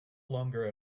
longer